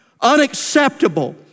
unacceptable